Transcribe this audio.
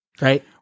Right